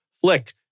Flick